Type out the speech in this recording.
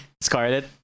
Scarlet